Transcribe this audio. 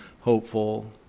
hopeful